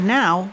now